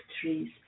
trees